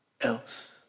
else